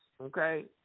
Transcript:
okay